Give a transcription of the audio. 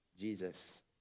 Jesus